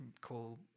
call